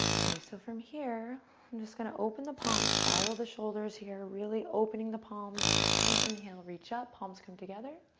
okay, so from here i'm just going to open the palms, spiral the shoulders here, really opening the palms and inhale. reach out palms come together